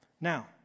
Now